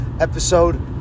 episode